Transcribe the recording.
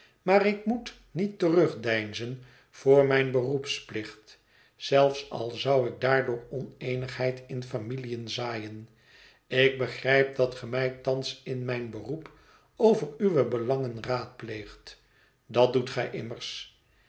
maar ik moet niet terugdeinzen voor mijn beroepsplicht zelfs al zou ik daardoor oneenigheid in familiën zaaien ik begrijp dat ge mij thans in mijn beroep over uwe belangen raadpleegt dat doet gij immers